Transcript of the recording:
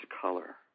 color